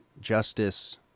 justice